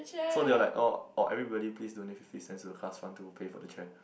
so they were like oh or everybody please donate fifty cents to the class fund to pay for the chair